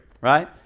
right